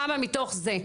כמה מתוך זה,